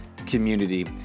community